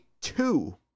two